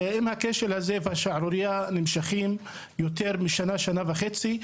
אם הכשל הזה והשערורייה נמשכים למעלה משנה או שנה וחצי,